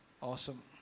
Awesome